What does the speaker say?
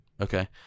Okay